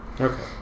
Okay